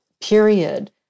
period